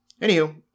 Anywho